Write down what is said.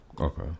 Okay